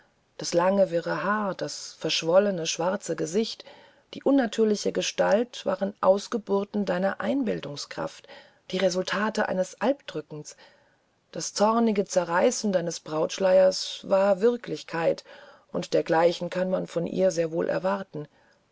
das lange wirre haar das geschwollene schwarze gesicht die unnatürliche gestalt waren ausgeburten deiner einbildungskraft die resultate eines alpdrückens das zornige zerreißen deines brautschleiers war wirklichkeit und dergleichen kann man von ihr sehr wohl erwarten